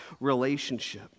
relationship